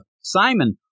Simon